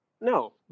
no